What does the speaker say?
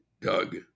Doug